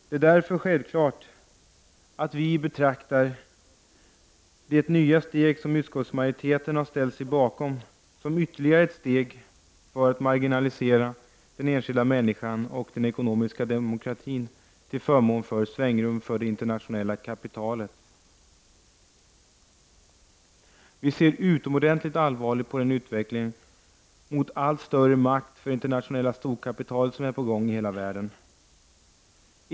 Det är därför självklart att vi betraktar det nya steg som utskottsmajoriteten har ställt sig bakom som ytterligare ett steg för att marginalisera den enskilda människan och den ekonomiska demokratin till förmån för svängrum för det internationella kapitalet. Vi ser utomordentligt allvarligt på den utveckling mot allt större makt för det internationella storkapitalet som är på gång i hela världen.